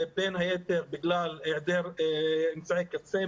בין היתר בגלל היעדר אמצעי קצה,